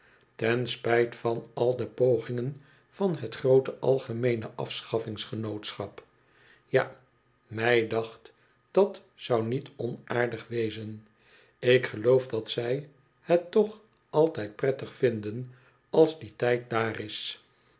ten spijt van al de pogingen van het groote algemeene afschafflngs genootschap ja mij dacht dat zou niet onaardig wezen ik geloof dat zij het toch altijd prettig vinden als die tijd daar is